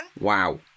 Wow